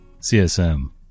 CSM